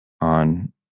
on